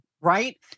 Right